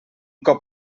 cop